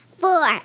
Four